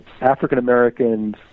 African-Americans